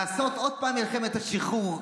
לעשות עוד פעם מלחמת השחרור.